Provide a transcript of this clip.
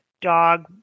dog